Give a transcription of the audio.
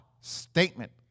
statement